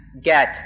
get